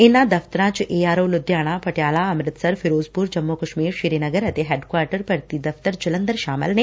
ਇਨੂਾ ਦਫ਼ਤਰਾ ਚ A R O Ludhiana Patiala Amritsar Firozpur Jammu Kashmir Srinagar ਅਤੇ ਹੈਡਕੁਆਟਰ ਭਰਤੀ ਦਫ਼ਤਰ ਜਲੰਧਰ ਸ਼ਾਮਲ ਨੇ